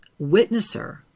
witnesser